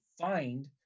find